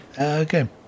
Okay